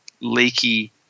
leaky